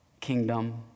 kingdom